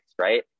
right